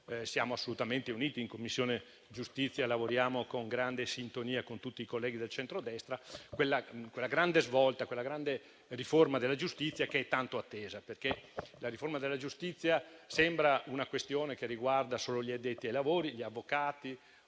siamo assolutamente uniti (in Commissione giustizia lavoriamo con grande sintonia con tutti i colleghi del centrodestra), quella grande svolta, quella grande riforma della giustizia che è tanto attesa. La riforma della giustizia, infatti, sembra una questione che riguarda solo gli addetti ai lavori, gli avvocati